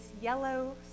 yellow